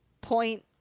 point